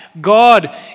God